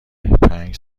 پنج